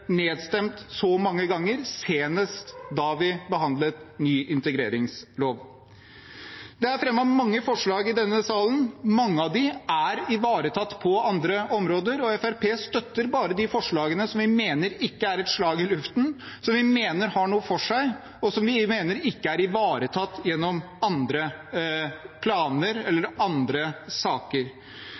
nedstemt så mange ganger, senest da vi behandlet ny integreringslov. Det er fremmet mange forslag i denne salen. Mange av dem er ivaretatt på andre områder, og Fremskrittspartiet støtter bare de forslagene som vi mener ikke er et slag i luften, som vi mener har noe for seg, og som vi mener ikke er ivaretatt gjennom andre planer eller andre saker.